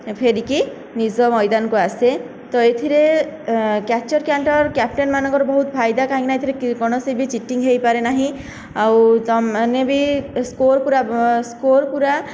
ଫେରିକି ନିଜ ମୈଦାନ କୁ ଆସେ ତ ଏଥିରେ କ୍ୟାଚର କ୍ୟାଣ୍ଟର କ୍ୟାପଟେନ ମାନଙ୍କର ବହୁତ ଫାଇଦା କାହିଁକି ନା ଏଥିରେ କୌଣସି ବି ଚିଟିଙ୍ଗ ହୋଇପାରେ ନାହିଁ ଆଉ ତ ମାନେ ବି ସ୍କୋର ପୁରା ସ୍କୋର ପୁରା